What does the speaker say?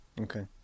Okay